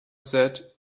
said